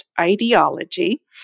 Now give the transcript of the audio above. ideology